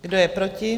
Kdo je proti?